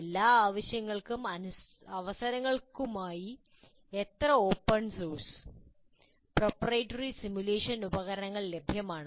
എല്ലാ ആവശ്യങ്ങൾക്കും അവസരങ്ങൾക്കുമായി എത്ര ഓപ്പൺ സോഴ്സ് പ്രൊപ്രൈറ്ററി സിമുലേഷൻ ഉപകരണങ്ങൾ ലഭ്യമാണ്